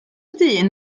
dyn